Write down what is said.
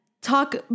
talk